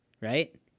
right